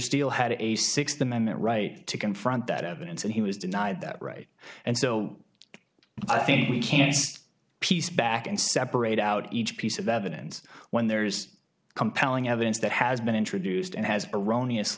steel had a sixth amendment right to confront that evidence and he was denied that right and so i think we can piece back and separate out each piece of evidence when there is compelling evidence that has been introduced and has erroneous